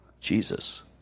Jesus